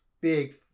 big